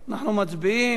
אנחנו מצביעים.